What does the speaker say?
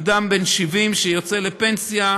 אדם בן 70 שיוצא לפנסיה,